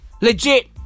Legit